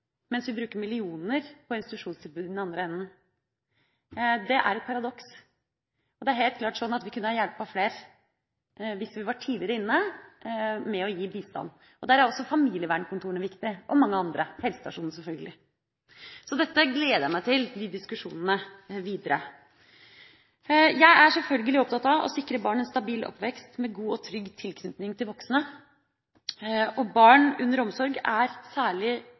mens vi bruker millioner på institusjonstilbud i den andre enden. Det er et paradoks. Det er helt klart sånn at vi kunne ha hjulpet flere hvis vi var tidligere inne med å gi bistand. Der er også familievernkontorene viktige, og mange andre, bl.a. helsestasjonene. Så disse diskusjonene gleder jeg meg til videre. Jeg er selvfølgelig opptatt av å sikre barn en stabil oppvekst med god og trygg tilknytning til voksne. Barn under omsorg er særlig